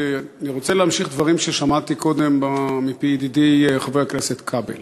אני רוצה להמשיך דברים ששמעתי קודם מפי ידידי חבר הכנסת כבל